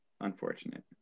Unfortunate